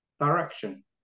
direction